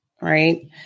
right